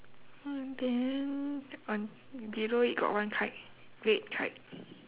uh then on below it got one kite red kite